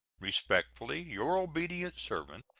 respectfully, your obedient servant,